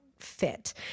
fit